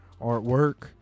artwork